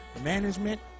management